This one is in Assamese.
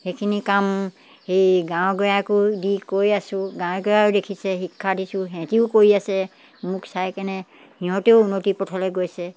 সেইখিনি কাম সেই গাঁৱৰ গঁঞাকো দি কৈ আছোঁ গাঁৱে গাঁৱেও দেখিছে শিক্ষা দিছোঁ সিহঁতেও কৰি আছে মোক চাইকেনে সিহঁতেও উন্নতিৰ পথলৈ গৈছে